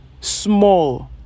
small